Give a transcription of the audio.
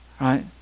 Right